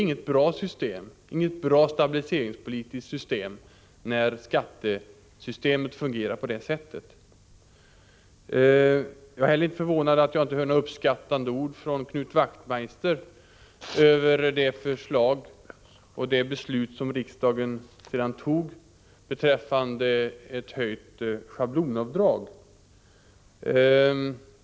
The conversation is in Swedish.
Det är inget bra stabiliseringspolitiskt system när skattesystemet fungerar på det sättet. Jag är inte heller förvånad över att jag inte hör uppskattande ord av Knut Wachtmeister över det beslut riksdagen sedan fattade om ett höjt schablonavdrag.